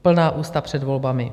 Plná ústa před volbami.